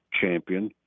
champion